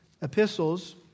epistles